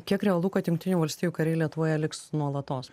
kiek realu kad jungtinių valstijų kariai lietuvoje liks nuolatos